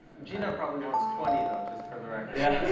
gina probably wants twenty though. just for the record. yeah